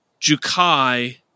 Jukai